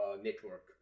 network